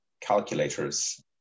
calculators